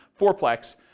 fourplex